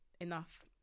enough